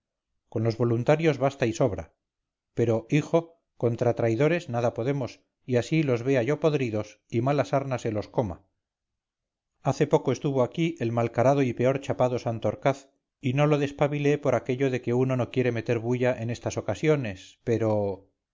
con los voluntarios basta y sobra pero hijo contra traidores nada podemos y así los vea yo podridos y mala sarna se los coma hace poco estuvo aquí el malcarado y peor chapado santorcaz y no lo despabilé por aquello de que uno no quiere meter bulla en estas ocasiones pero